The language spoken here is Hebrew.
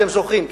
אתם זוכרים,